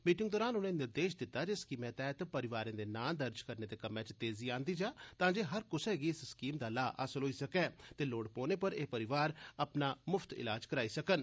मीटिंगा दरान उनें निर्देश दित्ता जे स्कीमै तैह्त परिवारें दे नां दर्ज करने दे कम्मै च तेजी आंदी जा तां जे हर कुसै गी इस स्कीम दा लाह् हासल होई सकै ते लोड़ पौने पर एह् परिवार मुफ्त इलाज करोआई सकन